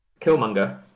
Killmonger